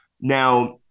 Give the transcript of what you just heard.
now